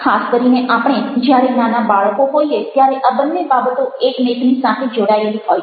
ખાસ કરીને આપણે જ્યારે નાના બાળકો હોઈએ ત્યારે આ બંને બાબતો એકમેકની સાથે જોડાયેલી હોય છે